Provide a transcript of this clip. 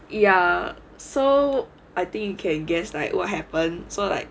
ya so I think you can guess like what happened so like